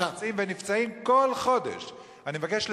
אין מפרדה, שני